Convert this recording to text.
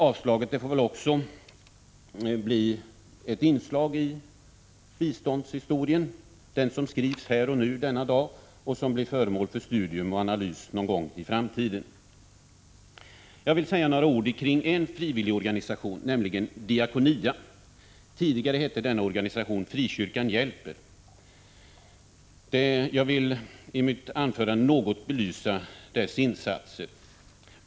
Avslaget får också bli ett inslag i biståndshistorian — den som skrivs här och nu och som blir föremål för studium och analys en gång i framtiden. Jag vill säga några ord om en frivillig organisation — Diakonia. Tidigare hette denna organisation Frikyrkan hjälper. Jag vill i mitt anförande något belysa dess insatser.